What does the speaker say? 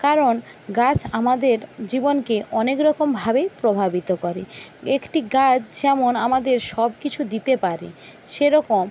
কারণ গাছ আমাদের জীবনকে অনেক রকমভাবেই প্রভাবিত করে একটি গাছ যেমন আমাদের সব কিছু দিতে পারে সেরকম